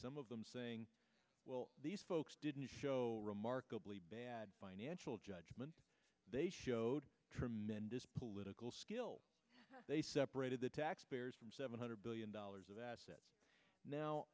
some of them saying well these folks didn't show remarkably bad financial judgment they showed tremendous political skill they separated the taxpayers from seven hundred billion dollars of assets now